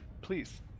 please